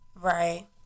Right